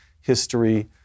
history